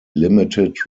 limited